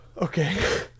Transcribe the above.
Okay